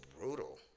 brutal